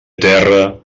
terra